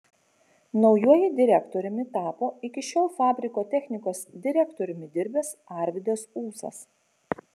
naujuoju direktoriumi tapo iki šiol fabriko technikos direktoriumi dirbęs arvydas ūsas